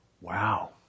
Wow